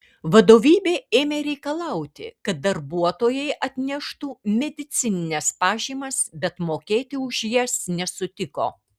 vadovybė ėmė reikalauti kad darbuotojai atneštų medicinines pažymas bet mokėti už jas nesutiko